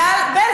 תראו מי הגיע.